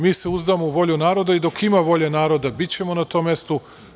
Mi se uzdamo u volju naroda i dok ima volje naroda bićemo na tom mestu.